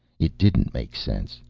it didn't make sense,